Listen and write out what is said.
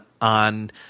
on